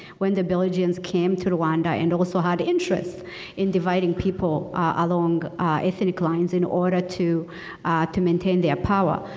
when the belgians came to rowanda and also had interest in dividing people along ethnic lines in order to to maintain their power.